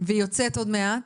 והיא יוצאת עוד מעט.